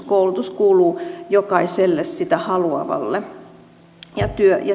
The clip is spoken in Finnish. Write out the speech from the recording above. koulutus kuuluu jokaiselle sitä haluavalle